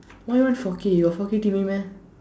why you want four K you got four K T_V meh